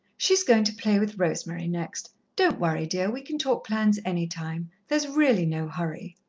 she's going to play with rosemary next. don't worry, dear we can talk plans any time. there's really no hurry.